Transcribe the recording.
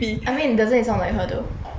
I mean doesn't it sound like her though